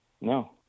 No